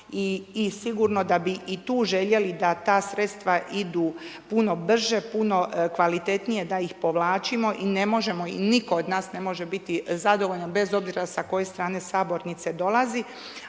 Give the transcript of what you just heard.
i sigurno da bi i tu željeli da ta sredstva idu puno brže, puno kvalitetnije da ih povlačimo i ne možemo i nitko od nas ne može biti, zadovoljan bez obzira s koje strane sabornice dolazi,